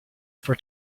for